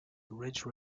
ridge